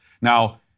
Now